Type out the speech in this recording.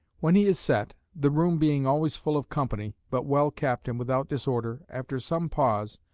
when he is set the room being always full of company, but well kept and without disorder after some pause,